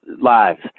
lives